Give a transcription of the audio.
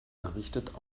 errichtet